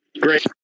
Great